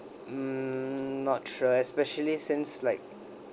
mm not sure especially since like